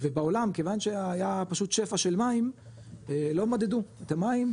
ובעולם כיוון שהיה פשוט שפע של מים לא מדדו את המים,